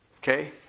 Okay